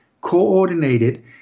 coordinated